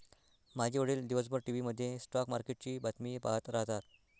माझे वडील दिवसभर टीव्ही मध्ये स्टॉक मार्केटची बातमी पाहत राहतात